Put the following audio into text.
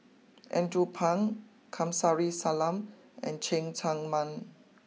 Andrew Phang Kamsari Salam and Cheng Tsang Man